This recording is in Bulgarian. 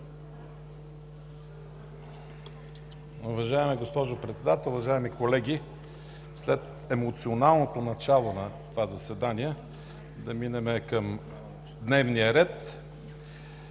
Уважаема госпожо Председател, уважаеми колеги! След емоционалното начало на това заседание да минем към дневния ред.